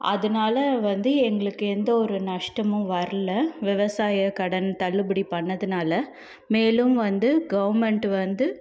அதனால வந்து எங்களுக்கு எந்தவொரு நஷ்டமும் வர்லை விவசாய கடன் தள்ளுபடி பண்ணதினால மேலும் வந்து கவர்மெண்ட் வந்து